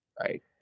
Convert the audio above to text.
right